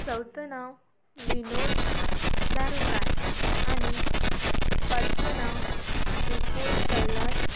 चौथं नाव विनोद दारोकार आणि पाचवं नाव विपुल कैलास